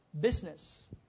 business